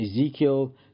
Ezekiel